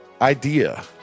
idea